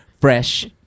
fresh